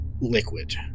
liquid